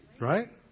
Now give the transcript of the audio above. Right